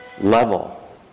level